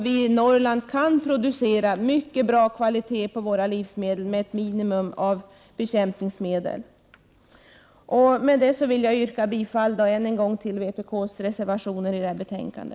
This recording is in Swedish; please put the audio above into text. Vi i Norrland kan producera livsmedel med mycket hög kvalitet med ett minimum av bekämpningsmedel. Med detta yrkar jag än en gång bifall till vpk:s reservationer till detta betänkande.